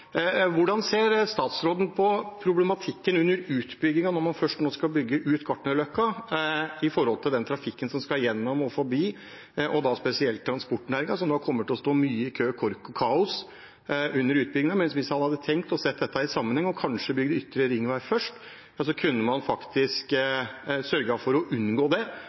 Hvordan ser statsråden på problematikken under utbyggingen når man nå først skal bygge ut Gartnerløkka, med tanke på den trafikken som skal gjennom og forbi, og da spesielt transportnæringen, som kommer til å stå mye i kø, kork og kaos under utbyggingen? Hvis man hadde tenkt og sett dette i sammenheng, og kanskje bygd Ytre ringvei først, kunne man faktisk sørget for å unngå det